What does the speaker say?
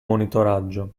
monitoraggio